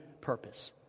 purpose